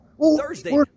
Thursday